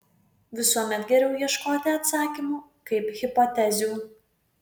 visuomet geriau ieškoti atsakymų kaip hipotezių